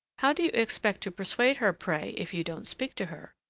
how do you expect to persuade her, pray, if you don't speak to her?